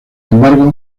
embargo